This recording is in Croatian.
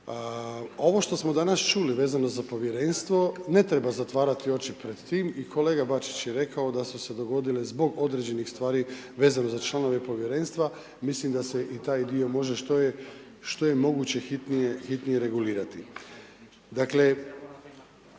Ovo što smo danas čuli vezano za Povjerenstvo, ne treba zatvarati oči pred tim i kolega Bačić je rekao da su se dogodile zbog određenih stvari vezano za članove Povjerenstva, mislim da se i taj dio može što je moguće hitnije regulirati.